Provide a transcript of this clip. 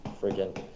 Freaking